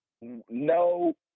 No